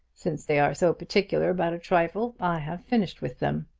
since they are so particular about a trifle, i have finished with them!